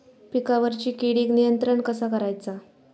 पिकावरची किडीक नियंत्रण कसा करायचा?